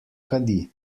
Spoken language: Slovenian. kadi